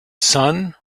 sun